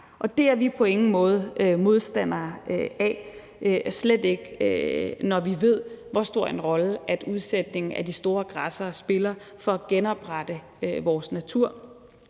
Det er vi på ingen måde modstandere af, slet ikke når vi ved, hvor stor en rolle udsætning af de store græssere spiller for at genoprette vores natur.